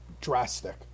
drastic